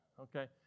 okay